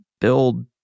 Build